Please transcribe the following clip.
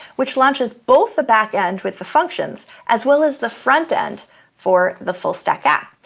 which launches both the back end with the functions as well as the front end for the fullstack app.